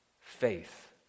faith